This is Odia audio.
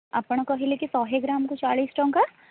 ଆପଣ କହିଲେକି ଶହେ ଗ୍ରାମ୍କୁ ଚାଳିଶ ଟଙ୍କା